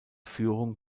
führung